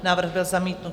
Návrh byl zamítnut.